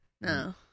No